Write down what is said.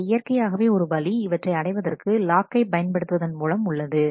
எனவே இயற்கையாக ஒரு வழி இவற்றை அடைவதற்கு லாக்கை பயன்படுத்துவதன் மூலம் உள்ளது